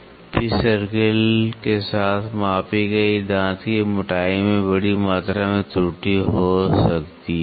pitch circle के साथ मापी गई दांत की मोटाई में बड़ी मात्रा में त्रुटि हो सकती है